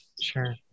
Sure